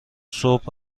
صبح